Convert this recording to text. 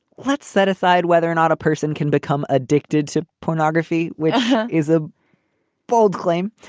let's set aside whether or not a person can become addicted to pornography, which is a bold claim.